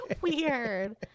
weird